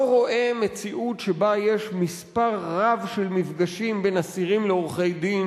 לא רואה מציאות שבה יש מספר רב של מפגשים בין אסירים לעורכי-דין